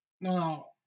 Now